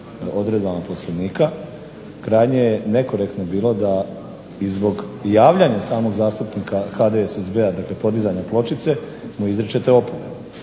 odredbama Poslovnika, krajnje je nekorektno bilo da i zbog javljanja samog zastupnika HDSSB-a, dakle podizanja pločice mu izričete opomenu,